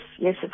yes